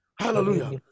Hallelujah